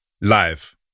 live